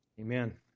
amen